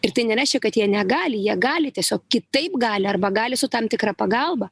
ir tai nereiškia kad jie negali jie gali tiesiog kitaip gali arba gali su tam tikra pagalba